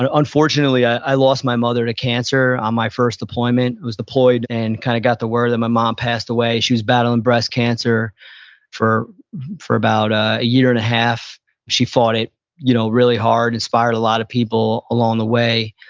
and unfortunately i lost my mother to cancer on my first deployment. was deployed and kind of got the word that my mom passed away. she was battling breast cancer for for about a year-and-a-half. she fought it you know really hard, inspired a lot of people along the way.